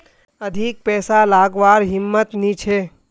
अधिक पैसा लागवार हिम्मत नी छे